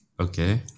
Okay